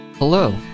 Hello